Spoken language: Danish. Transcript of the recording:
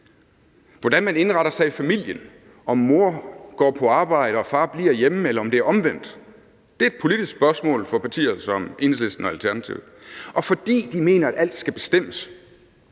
Hvordan man indretter sig i familien – om mor går på arbejde og far bliver hjemme, eller om det er omvendt – er et politisk spørgsmål for partier som Enhedslisten og Alternativet, og fordi de mener, at alt skal bestemmes